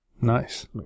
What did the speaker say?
Nice